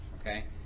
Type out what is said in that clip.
Okay